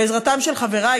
בעזרתם של חבריי,